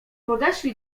podeszli